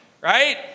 right